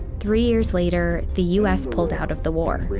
three years later, the us pulled out of the war.